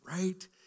right